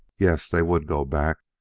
yes, they would go back,